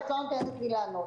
ואת לא נותנת לי לענות.